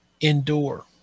endure